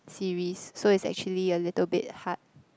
series so it's actually a little bit hard